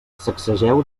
sacsegeu